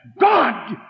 God